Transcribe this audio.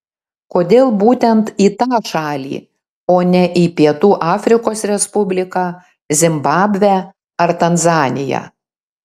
kodėl būtent į tą šalį o ne į pietų afrikos respubliką zimbabvę ar tanzaniją